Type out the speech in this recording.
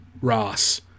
Ross